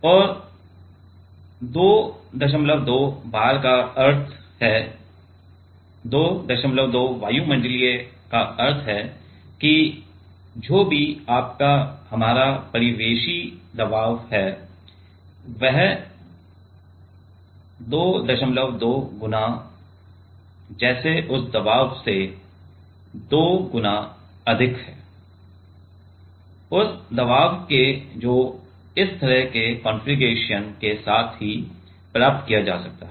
और २२ bar का अर्थ है २२ वायुमंडलीय का अर्थ है कि जो भी आपका हमारा परिवेशी दबाव है अब २२ गुना जैसे उस दबाव से २ गुना अधिक है उस दवाब के जो इस तरह के कॉन्फ़िगरेशन के साथ ही प्राप्त किया जा सकता है